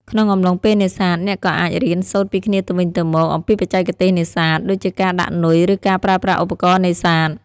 ក្នុងអំឡុងពេលនេសាទ អ្នកក៏អាចរៀនសូត្រពីគ្នាទៅវិញទៅមកអំពីបច្ចេកទេសនេសាទ ដូចជាការដាក់នុយឬការប្រើប្រាស់ឧបករណ៍នេសាទ។